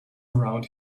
around